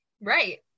Right